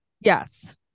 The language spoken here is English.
Yes